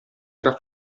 era